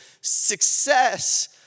success